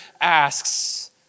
asks